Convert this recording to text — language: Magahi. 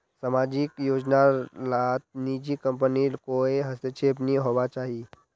सामाजिक योजना लात निजी कम्पनीर कोए हस्तक्षेप नि होवा चाहि